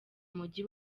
mujyi